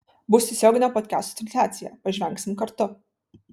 bus tiesioginė podkasto transliacija pažvengsim kartu